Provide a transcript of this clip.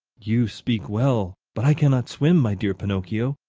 you speak well, but i cannot swim, my dear pinocchio.